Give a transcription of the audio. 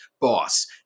boss